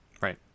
Right